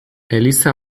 eliza